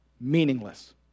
meaningless